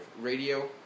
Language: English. radio